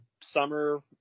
summer